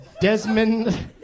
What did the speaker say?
Desmond